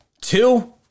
Two